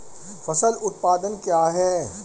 फसल उत्पादन क्या है?